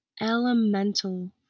elemental